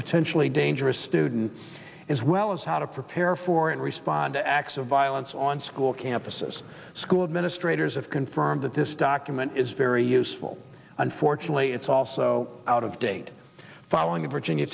potentially dangerous student as well as how to prepare for and respond to acts of violence on school campuses school administrators have confirmed that this document is very useful unfortunately it's also out of date following the virginia